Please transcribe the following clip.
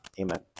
Amen